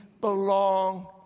belong